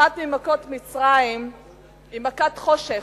אחת ממכות מצרים היא מכת חושך,